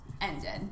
ended